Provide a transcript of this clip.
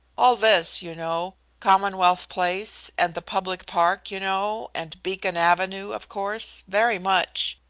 all this, you know commonwealth place, and the public park, you know, and beacon avenue, of course, very much.